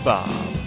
Bob